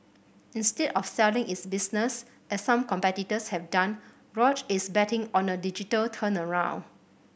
instead of selling its business as some competitors have done Roche is betting on a digital turnaround